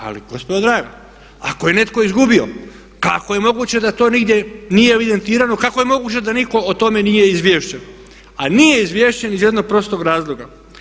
Ali gospodo draga, ako je netko izgubio kako je moguće da to nigdje nije evidentirano, kako je moguće da nitko o tome nije izvješten a nije izvješten iz jednog prostog razloga.